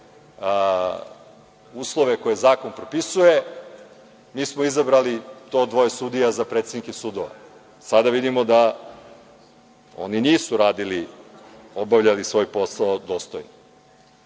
uslove koje zakon propisuje mi smo izabrali to dvoje sudija za predsednike sudova. Sada vidimo da oni nisu radili, obavljali svoj posao dostojno.